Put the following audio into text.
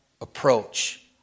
approach